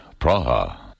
Praha